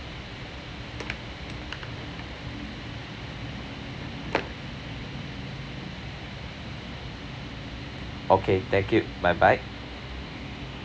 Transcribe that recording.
okay thank you bye bye